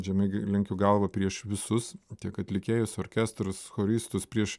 žemai g lenkiu galvą prieš visus tiek atlikėjus orkestrus choristus prieš